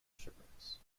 shipwrecks